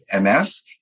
MS